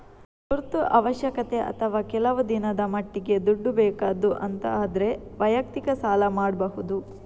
ತುರ್ತು ಅವಶ್ಯಕತೆ ಅಥವಾ ಕೆಲವು ದಿನದ ಮಟ್ಟಿಗೆ ದುಡ್ಡು ಬೇಕಾದ್ದು ಅಂತ ಆದ್ರೆ ವೈಯಕ್ತಿಕ ಸಾಲ ಮಾಡ್ಬಹುದು